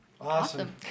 Awesome